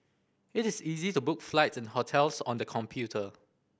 it is easy to book flights and hotels on the computer